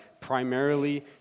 primarily